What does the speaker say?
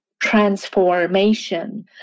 transformation